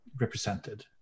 represented